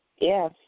Yes